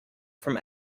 from